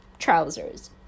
trousers